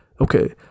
okay